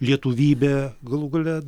lietuvybę galų gale